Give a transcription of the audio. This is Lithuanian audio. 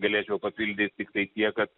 galėčiau papildyt tiktai tiek kad